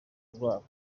rwabo